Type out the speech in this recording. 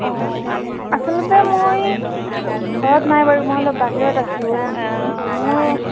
অ আচলতে মই ঘৰত নাই বাৰু মই অলপ বাহিৰত আছোঁ মোৰ